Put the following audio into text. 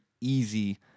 easy